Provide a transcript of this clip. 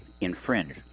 infringe